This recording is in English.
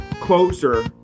closer